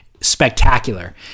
Spectacular